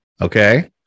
okay